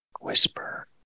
whisper